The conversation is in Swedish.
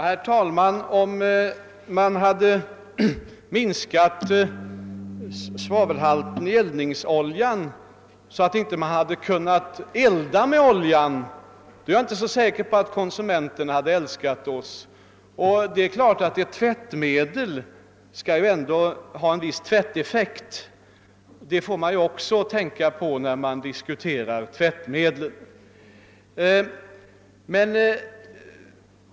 Herr talman! Om vi hade minskat svavelhalten i eldningsoljan så att man inte hade kunnat elda med denna, är jag inte så säker på att konsumenterna hade uppskattat oss. Ett tvättmedel skall ändå ha en viss tvätteffekt. Det måste man tänka på när man diskuterar denna fråga.